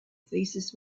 thesis